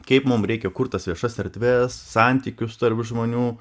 kaip mum reikia kur tas viešas erdves santykius tarp žmonių